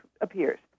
appears